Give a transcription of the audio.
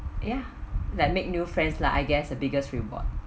ya like make new friends lah I guess the biggest reward